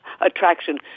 attraction